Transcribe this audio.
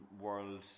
world